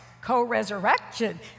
co-resurrection